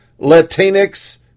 Latinx